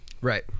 Right